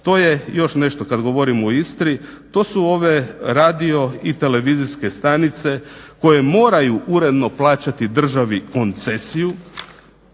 to je još nešto kad govorim o Istri, to su ove radio i televizijske stanice koje moraju uredno plaćati državi koncesiju,